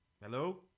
Hello